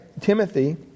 Timothy